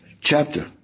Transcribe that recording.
chapter